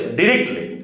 directly